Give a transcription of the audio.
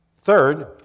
Third